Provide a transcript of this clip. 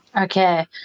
Okay